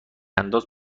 انداز